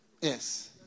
Yes